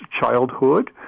childhood